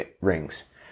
rings